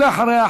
ואחריה,